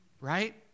right